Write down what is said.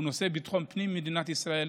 הוא נושא ביטחון הפנים של מדינת ישראל,